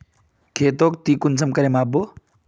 खेतोक ती कुंसम करे माप बो?